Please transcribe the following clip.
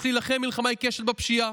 יש להילחם מלחמה עיקשת בפשיעה,